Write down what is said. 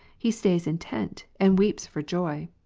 he stays intent, and aveeps for joy.